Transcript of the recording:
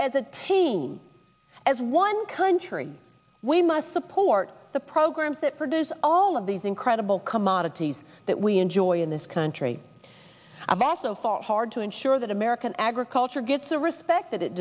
as a team as one country we must support the programs that produce all of these incredible commodities that we enjoy in this country i've also fought hard to ensure that american agriculture gets the respect